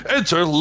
Enter